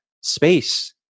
space